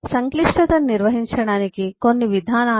సంక్లిష్టతను నిర్వహించడానికి కొన్ని విధానాలు